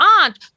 aunt